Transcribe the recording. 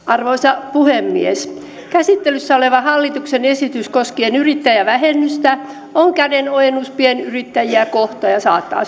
arvoisa puhemies käsittelyssä oleva hallituksen esitys koskien yrittäjävähennystä on kädenojennus pienyrittäjiä kohtaan ja saattaa